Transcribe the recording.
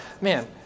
man